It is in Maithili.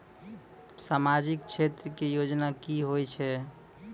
समाजिक क्षेत्र के योजना की होय छै?